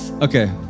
Okay